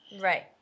Right